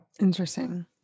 Interesting